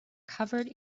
covered